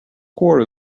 core